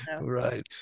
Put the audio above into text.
Right